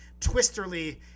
twisterly